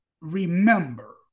remember